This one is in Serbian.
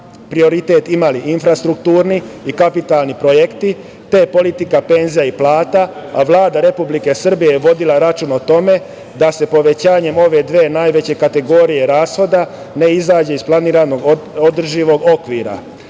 prioritet imali infrastrukturni i kapitalni projekti, te politika penzija i plata, a Vlada Republike Srbije je vodila računa o tome da sa povećanjem ove dve najveće kategorije rashoda ne izađe iz planiranog održivog okvira.